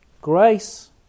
Grace